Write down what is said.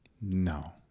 No